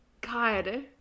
God